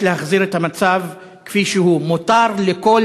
יש להחזיר את המצב כפי שהיה.